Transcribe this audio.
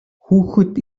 хүүхэд